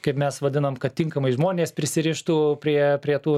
kaip mes vadinam kad tinkamai žmonės prisirištų prie prie tų